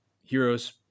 heroes